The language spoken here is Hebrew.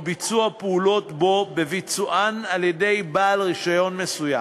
ביצוע פעולות בו בביצוען על-ידי בעל רישיון מסוים,